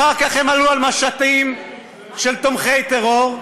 אחר כך הם עלו על משטים של תומכי טרור,